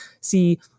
see